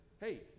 hey